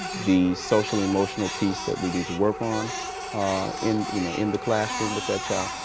the social emotional piece that we need to work on in you know in the classroom with that child.